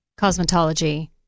cosmetology